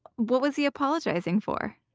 what was he apologizing for?